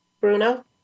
Bruno